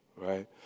right